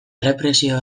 errepresio